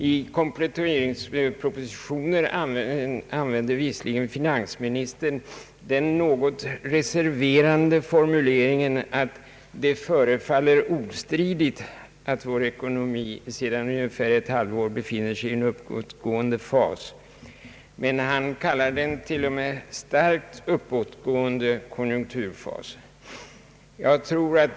I kompletteringspropositionen använder finansministern visserligen den något reserverande formuleringen, att »det förefaller ostridigt» att vår ekonomi sedan ungefär ett halvår befinner sig i en uppåtgående fas — han använder till och med uttrycket en starkt uppåtgående konjunkturfas.